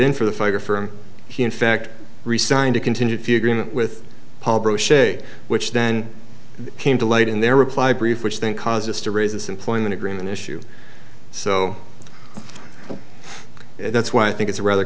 in for the fire for him he in fact resigned a continued few agreement with which then came to light in their reply brief which then caused us to raise this employment agreement issue so that's why i think it's rather